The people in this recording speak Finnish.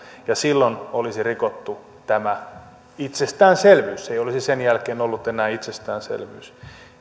ja silloin olisi rikottu tämä itsestäänselvyys se ei olisi sen jälkeen ollut enää itsestäänselvyys